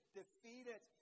defeated